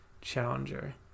challenger